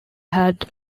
had